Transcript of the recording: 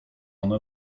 ona